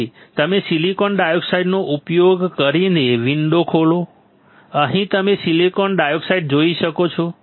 તેથી તમે સિલિકોન ડાયોક્સાઇડનો ઉપયોગ કરીને વિન્ડો ખોલો અહીં તમે સિલિકોન ડાયોક્સાઇડ જોઈ શકો છો